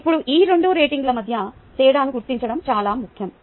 ఇప్పుడు ఈ రెండు రేటింగ్ల మధ్య తేడాను గుర్తించడం చాలా ముఖ్యం